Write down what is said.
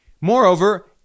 Moreover